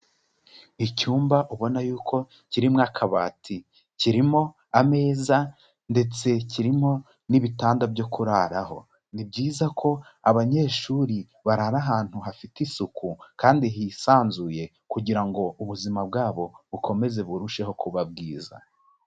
Icyumba ubona yuko kiririmo akabati kirimo ameza ndetse kirimo n'ibitanda byo kurararaho, ni byiza ko abanyeshuri barara ahantu hafite isuku kandi hisanzuye kugira ngo ubuzima bwabo bukomeze burusheho kuba bwiza.